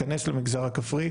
כנס למרחב הכפרי,